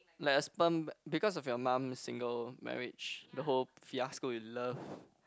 like a sperm because of your mum's single marriage the whole fiasco with love